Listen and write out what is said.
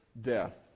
death